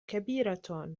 كبيرة